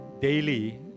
daily